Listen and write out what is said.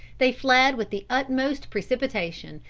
they fled with the utmost precipitation,